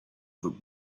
that